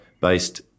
based